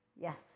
Yes